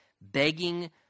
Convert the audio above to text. begging